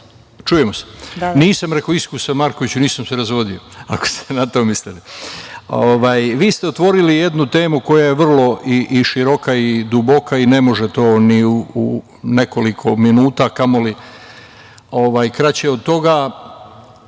Dmitrović** Nisam iskusan, Markoviću, nisam se razvodio, ako ste na to mislili. Vi ste otvorili jednu temu koja je vrlo i široka i duboka i ne može to ni u nekoliko minuta, kamoli kraće od toga.